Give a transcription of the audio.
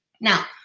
now